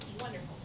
Wonderful